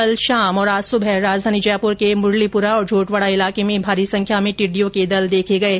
कल शाम और आज सुबह राजधानी जयपुर के मुरलीपुरा और झोटवाडा ईलाके में भारी संख्या में टिड्डी के दल देखे गये